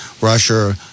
Russia